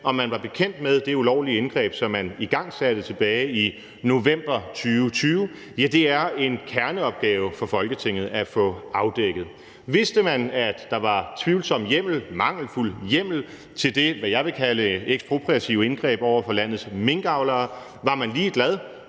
om man var bekendt med det ulovlige indgreb, som man igangsatte tilbage i november 2020, er en kerneopgave for Folketinget at få afdækket. Vidste man, at der var tvivlsom hjemmel, mangelfuld hjemmel, til det, som jeg vil kalde et ekspropriativt indgreb over for landets minkavlere? Var man ligeglad,